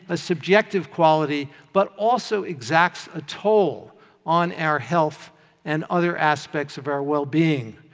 a subjective quality but also exacts a toll on our health and other aspects of our well-being.